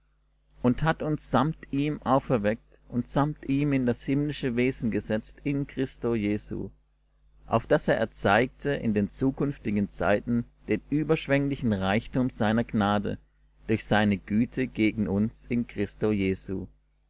und hat uns samt ihm auferweckt und samt ihm in das himmlische wesen gesetzt in christo jesu auf daß er erzeigte in den zukünftigen zeiten den überschwenglichen reichtum seiner gnade durch seine güte gegen uns in christo jesu